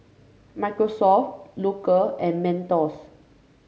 Microsoft Loacker and Mentos